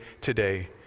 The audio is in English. today